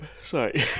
sorry